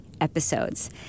episodes